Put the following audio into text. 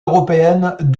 européennes